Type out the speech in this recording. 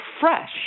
fresh